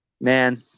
man